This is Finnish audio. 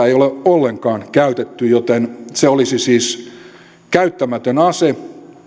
ei ole ollenkaan käytetty joten se olisi siis käyttämätön ase